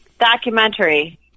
documentary